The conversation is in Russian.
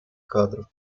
кадров